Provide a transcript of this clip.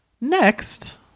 Next